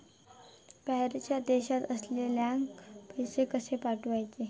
बाहेरच्या देशात असलेल्याक पैसे कसे पाठवचे?